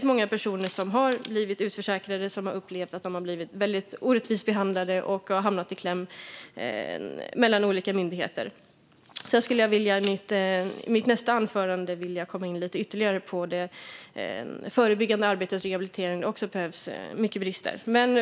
Många personer som blivit utförsäkrade har upplevt att de har blivit väldigt orättvist behandlade och har hamnat i kläm mellan olika myndigheter. I mitt nästa anförande vill jag komma in ytterligare på det förebyggande arbetet och rehabiliteringen, där det finns många brister.